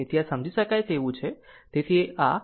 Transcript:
તેથી આ r 4 અને 5 છે